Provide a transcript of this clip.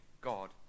God